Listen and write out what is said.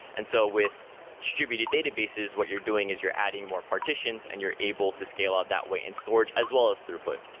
and so with distributed databases, what you're doing is you're adding more partitions and you're able to scale out that way in storage as well as throughput.